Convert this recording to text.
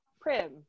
Prim